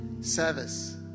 service